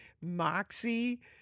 Moxie